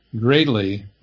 greatly